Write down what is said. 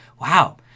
Wow